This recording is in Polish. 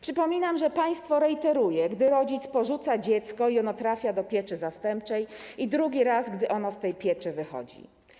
Przypominam, że państwo rejteruje, gdy rodzic porzuca dziecko i gdy trafia ono do pieczy zastępczej, a po raz drugi - gdy ono z tej pieczy wychodzi.